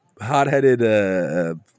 hot-headed